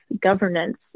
governance